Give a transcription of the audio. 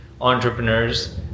entrepreneurs